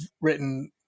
written